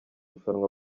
rushanwa